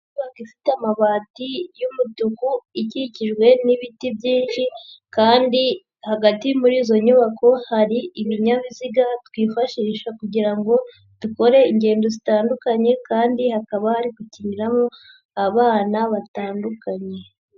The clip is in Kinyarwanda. Inyubako ifite amabati y'umutuku, ikikijwe n'ibiti byinshi kandi hagati muri izo nyubako hari ibinyabiziga twifashisha kugira ngo dukore ingendo zitandukanye, kandi hakaba hari gukiniramo abana batandukanye.